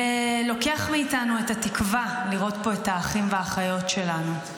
זה לוקח מאיתנו את התקווה לראות פה את האחים ואת האחיות שלנו.